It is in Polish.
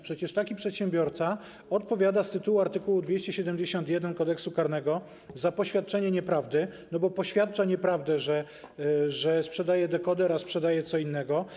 Przecież taki przedsiębiorca odpowiada z art. 271 Kodeksu karnego za poświadczenie nieprawdy, bo poświadcza nieprawdę, że sprzedaje dekoder, sprzedając co innego.